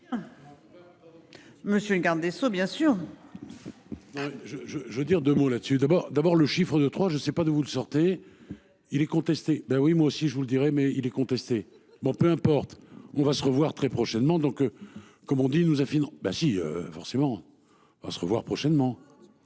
Monsieur le garde des Sceaux, bien sûr. Je je je veux dire 2 mots là-dessus d'abord d'abord le chiffre de trois je sais pas d'où vous le sortez. Il est contesté. Ben oui moi aussi je vous le dirai mais il est contesté. Bon peu importe, on va se revoir très prochainement donc. Comme on dit nous a fini ben si forcément à se revoir prochainement.